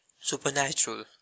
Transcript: Supernatural